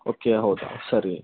okay ಹೌದಾ ಸರಿ